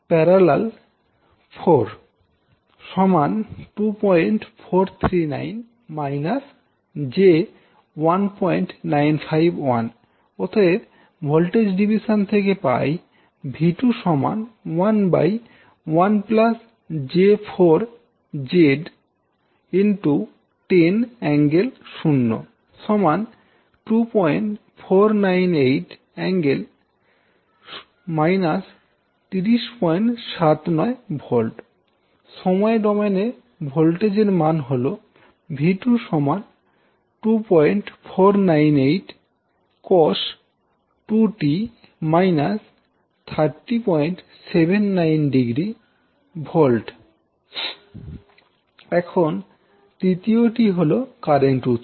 4 2439 − j1951 অতএব voltage division থেকে পাই 𝛎2 11j4Z10∠0 2498∠ − 3079 V সময় ডোমেনে ভোল্টেজ এর মান হল 𝛎2 2498 cos2t − 3079° V এখন তৃতীয়টি হল কারেন্ট উৎস